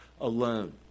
alone